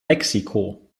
mexiko